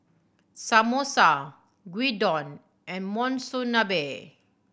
Samosa Gyudon and Monsunabe